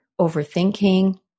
overthinking